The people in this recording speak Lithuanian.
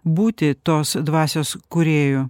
būti tos dvasios kūrėju